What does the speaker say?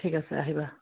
ঠিক আছে আহিবা